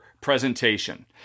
presentation